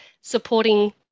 supporting